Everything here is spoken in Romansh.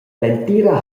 l’entira